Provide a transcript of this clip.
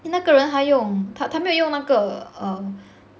then 那个人他用他没有用那个 err